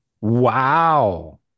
Wow